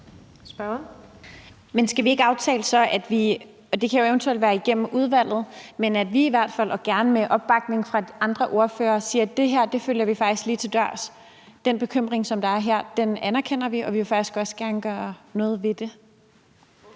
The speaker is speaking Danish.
Men skal vi så ikke aftale, og det kan jo eventuelt være igennem udvalget, at vi i hvert fald og gerne med opbakning fra andre ordførere, siger, at det her følger vi faktisk lige til dørs; den bekymring, som er her, anerkender vi, og vi vil faktisk også gerne gøre noget ved det?